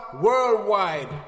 Worldwide